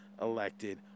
elected